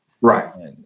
Right